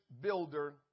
builder